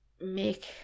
make